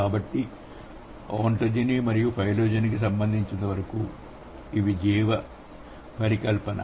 కాబట్టి ఒంటొజెని మరియు ఫైలోజెనికి సంబంధించినంతవరకు ఇది జీవ పరికల్పన